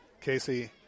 Casey